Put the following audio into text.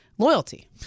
loyalty